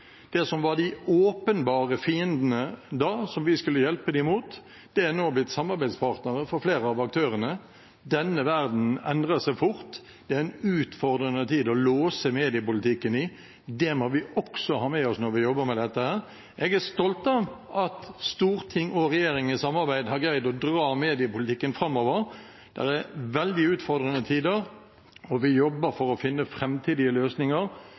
Det som var de åpenbare fiendene da, som vi skulle hjelpe den mot, er nå blitt samarbeidspartnere for flere av aktørene. Denne verdenen endrer seg fort. Det er en utfordrende tid å låse mediepolitikken i – det må vi også ha med oss når vi jobber med dette. Jeg er stolt av at storting og regjering i samarbeid har greid å dra mediepolitikken framover. Det er veldig utfordrende tider, og vi jobber for å finne framtidige løsninger.